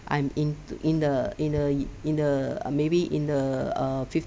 I am in in the in the in the uh maybe in the err